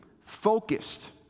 focused